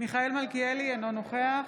מיכאל מלכיאלי, אינו נוכח